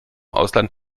ausland